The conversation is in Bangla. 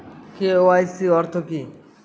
কে.ওয়াই.সি অর্থ কি?